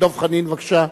דב חנין, בבקשה,